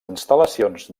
instal·lacions